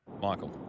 Michael